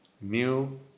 new